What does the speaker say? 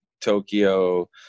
Tokyo